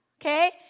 okay